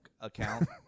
account